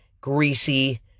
greasy